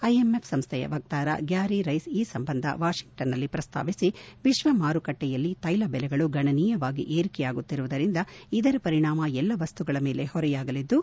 IMF ಸಂಸ್ವೆಯ ವಕ್ತಾರ Gerry Rice ಈ ಸಂಬಂಧ ವಾಷಿಂಗ್ಟನ್ ನಲ್ಲಿ ಪ್ರಸ್ತಾವಿಸಿ ವಿಶ್ವ ಮಾರುಕಟ್ಟೆಯಲ್ಲಿ ತ್ವೆಲಬೆಲೆಗಳು ಗಣನೀಯವಾಗಿ ಏರಿಕೆಯಾಗುತ್ತಿರುವುದರಿಂದ ಇದರ ಪರಿಣಾಮ ಎಲ್ಲ ವಸ್ತುಗಳ ಮೇಲೆ ಹೊರೆಯಾಗಲಿದ್ದು